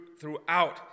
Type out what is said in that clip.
throughout